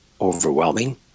overwhelming